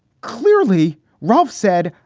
clearly, ralph said,